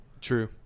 True